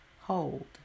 hold